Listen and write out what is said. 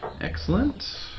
excellent